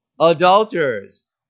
adulterers